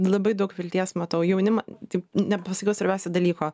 labai daug vilties matau jaunimą taip nepasakiau svarbiausio dalyko